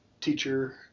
teacher